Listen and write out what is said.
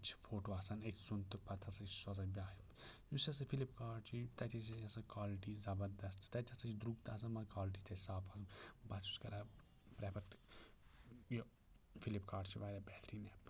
بُتھہِ چھُ فوٗٹو آسان أکۍ سُنٛد تہٕ پَتہٕ ہَسا چھِ سوٗزان بیٛاکھ یُس ہَسا فِلِپ کارٹ چھُ تَتہِ ہَسا چھِ آسان کوالٹی زَبَردَست تَتہِ ہَسا چھِ درٛوٚگ تہٕ آسان مگر کوالٹی چھِ تَتہِ صاف آسان بہٕ حظ چھُس کَران پرٛیٚفَر تہٕ یہِ فِلِپ کارٹ چھِ واریاہ بہتریٖن ایپ